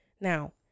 Now